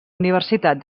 universitat